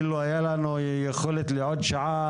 אילו הייתה לנו יכולת לעוד שעה,